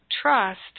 trust